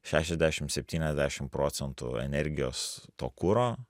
šešiasdešimt septyniasdešimt procentų energijos to kuro